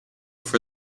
for